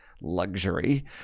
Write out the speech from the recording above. luxury